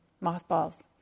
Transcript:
mothballs